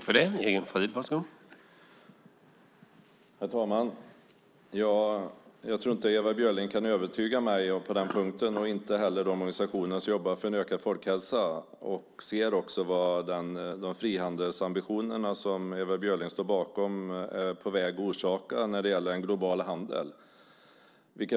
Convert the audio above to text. Herr talman! Jag tror inte att Ewa Björling kan övertyga mig på den punkten och inte heller de organisationer som jobbar för en ökad folkhälsa. Jag ser också vad de frihandelsambitioner som Ewa Björling står bakom är på väg att orsaka när det gäller en global handel.